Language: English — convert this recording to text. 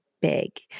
big